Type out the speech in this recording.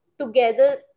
together